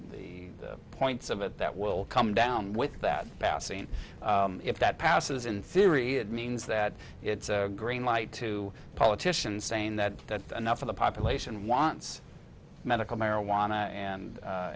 of the points of it that will come down with that passing if that passes in theory it means that it's a green light to politicians saying that that enough of the population wants medical marijuana and